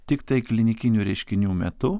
tiktai klinikinių reiškinių metu